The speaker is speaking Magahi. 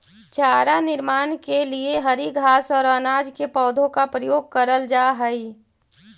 चारा निर्माण के लिए हरी घास और अनाज के पौधों का प्रयोग करल जा हई